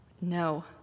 No